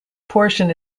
portion